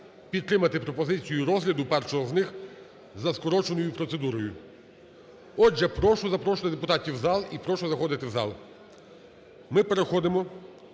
підтримати пропозицію розгляду першого з них за скороченою процедурою. Отже, прошу, запрошую депутатів в зал і прошу заходити в зал. Ми переходимо